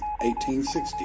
1860